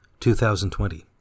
2020